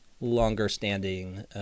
longer-standing